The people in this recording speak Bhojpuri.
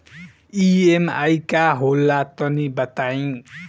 ई.एम.आई का होला तनि बताई?